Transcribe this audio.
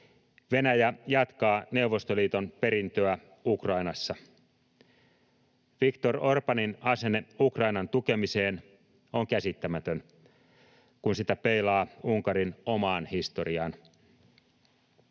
Venäjä jatkaa Neuvostoliiton perintöä Ukrainassa. Viktor Orbánin asenne Ukrainan tukemiseen on käsittämätön, kun sitä peilaa Unkarin omaan historiaan.